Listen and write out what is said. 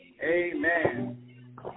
amen